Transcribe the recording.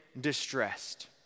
distressed